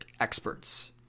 experts